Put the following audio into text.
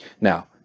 Now